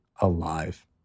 alive